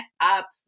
up